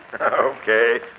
Okay